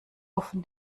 offen